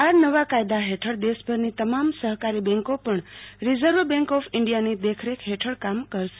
આ નવા કાયદા હેઠળ દેશભરની તમામ સહકારી બેંકો પણ રીઝર્વ બેન્ક ઓફ ઈન્ડિયાની દેખરેખા હેઠળ કામ કરશે